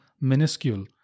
minuscule